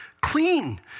clean